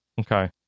Okay